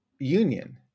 Union